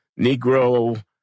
Negro